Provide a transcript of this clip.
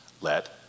let